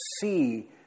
see